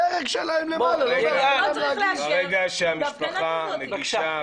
הדרג שלמעלה לא --- ברגע שהמשפחה מגישה,